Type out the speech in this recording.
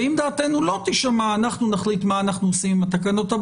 ואם דעתנו לא תישמע אנחנו נחליט מה אנחנו עושים עם התקנות,